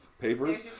papers